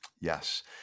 Yes